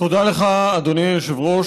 תודה לך, אדוני היושב-ראש.